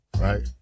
Right